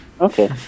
okay